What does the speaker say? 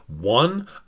One